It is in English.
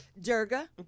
durga